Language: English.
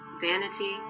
vanity